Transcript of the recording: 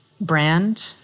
Brand